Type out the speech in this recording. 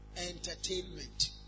entertainment